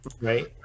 Right